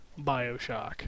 Bioshock